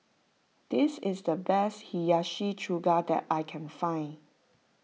this is the best Hiyashi Chuka that I can find